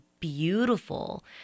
beautiful